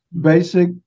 Basic